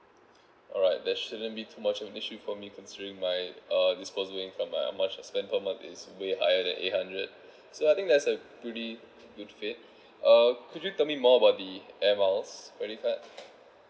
alright there shouldn't be too much an issue for me considering my uh disposable income how much I spend per month is way higher than eight hundred so I think that's a really good fit uh could you tell me more about the air miles credit card